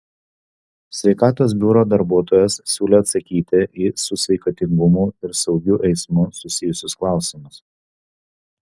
sveikatos biuro darbuotojos siūlė atsakyti į su sveikatingumu ir saugiu eismu susijusius klausimus